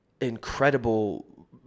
incredible